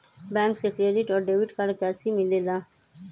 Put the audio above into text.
Bank से credit और debit card कैसी मिलेला?